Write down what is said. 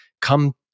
come